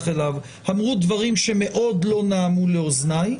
אליו אמרו דברים שמאוד לא נעמו לאוזניי.